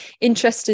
interested